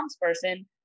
person